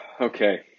okay